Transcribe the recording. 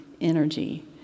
energy